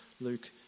Luke